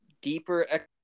deeper